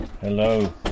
Hello